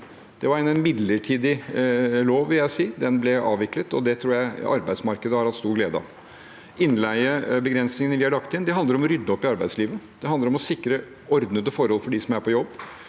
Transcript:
Det var en midlertidig lov, vil jeg si. Den ble avviklet, og det tror jeg arbeidsmarkedet har hatt stor glede av. Innleiebegrensningene vi har lagt inn, handler om å rydde opp i arbeidslivet. Det handler om å sikre ordnete forhold for dem som er på jobb.